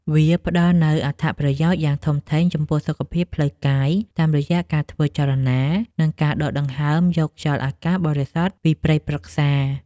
វាផ្ដល់នូវអត្ថប្រយោជន៍យ៉ាងធំធេងចំពោះសុខភាពផ្លូវកាយ តាមរយៈការធ្វើចលនា និងការដកដង្ហើមយកខ្យល់អាកាសបរិសុទ្ធពីព្រៃព្រឹក្សា។